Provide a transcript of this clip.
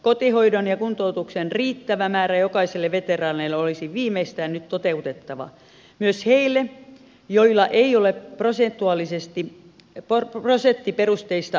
kotihoidon ja kuntoutuksen riittävä määrä jokaiselle veteraanille olisi viimeistään nyt toteutettava myös heille joilla ei ole prosenttiperusteista sotavammaa